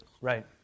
Right